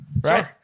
Right